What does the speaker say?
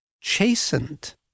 chastened